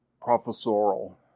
professorial